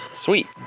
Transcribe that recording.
sweet.